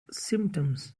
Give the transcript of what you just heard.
symptoms